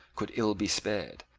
could ill be spared.